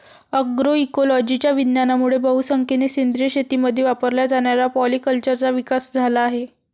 अग्रोइकोलॉजीच्या विज्ञानामुळे बहुसंख्येने सेंद्रिय शेतीमध्ये वापरल्या जाणाऱ्या पॉलीकल्चरचा विकास झाला आहे